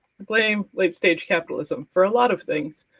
blame late stage capitalism for a lot of things,